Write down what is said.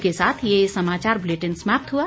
इसके साथ ये समाचार बुलेटिन समाप्त हुआ